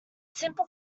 simple